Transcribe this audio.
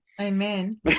Amen